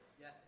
Yes